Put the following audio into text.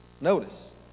Notice